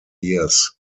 years